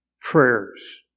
Prayers